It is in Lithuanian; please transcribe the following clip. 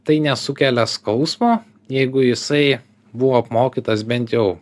tai nesukelia skausmo jeigu jisai buvo apmokytas bent jau